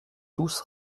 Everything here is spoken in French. tous